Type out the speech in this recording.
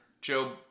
Joe